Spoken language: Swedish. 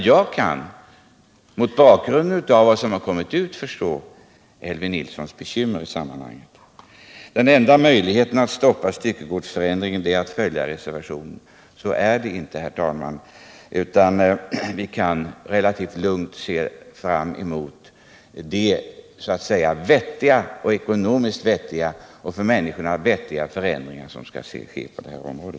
Jag kan dock mot bakgrund av de uppgifter som förekommit förstå Elvy Nilssons bekymmer i detta sammanhang. Men det är inte så att den enda möjligheten att stoppa styckegodsförändringen är att biträda reservationen. Vi kan relativt lugnt se fram emot de ekonomiskt och för de enskilda människorna vettiga förändringar som skall genomföras på detta område.